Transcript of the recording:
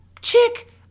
chick